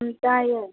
ꯎꯝ ꯇꯥꯏꯑꯦ